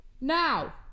Now